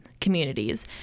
communities